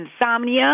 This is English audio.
insomnia